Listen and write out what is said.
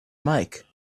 mike